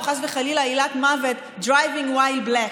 או חס וחלילה עילת מוות, driving while black.